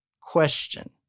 question